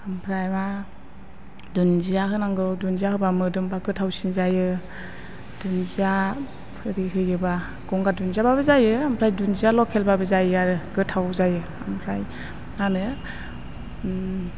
ओमफ्राय दुन्दिया होनांगौ दुन्दिया होबा मोदोमबा गोथावसिन जायो दुन्दिया आरि होयोबा गंगार दुन्दियाबाबो जायो ओमफ्राय दुन्दिया लकेलबाबो जायो आरो गोथाव जायो ओमफ्राय मा होनो